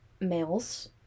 males